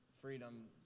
freedom